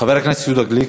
חבר הכנסת יהודה גליק.